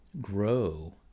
grow